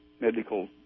medical